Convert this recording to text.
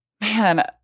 Man